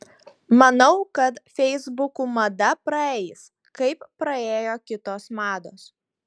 manau kad feisbukų mada praeis kaip praėjo kitos mados